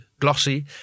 Glossy